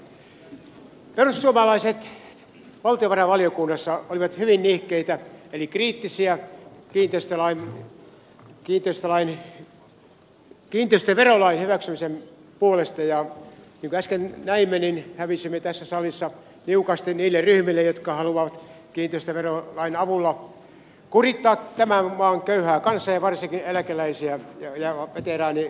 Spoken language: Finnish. perussuomalaiset valtiovarainvaliokunnassa olivat hyvin nihkeitä eli kriittisiä kiinteistöverolain hyväksymisen puolesta ja niin kuin äsken näimme hävisimme tässä salissa niukasti niille ryhmille jotka haluavat kiinteistöverolain avulla kurittaa tämän maan köyhää kansaa ja varsinkin eläkeläisiä ja veteraaniasunnoissa asuvia